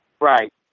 Right